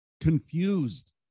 confused